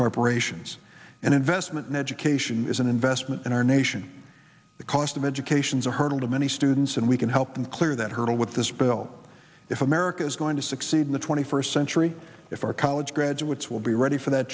corporations and investment in education is an investment in our nation the cost of education is a hurdle to many students and we can help them clear that hurdle with this bill if america's going to succeed in the twenty first century if our college graduates will be ready for that